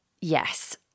yes